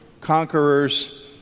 conquerors